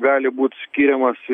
gali būt skiriamas